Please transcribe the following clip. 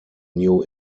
new